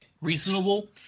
reasonable